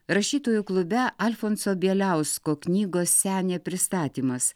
rašytojų klube alfonso bieliausko knygos senė pristatymas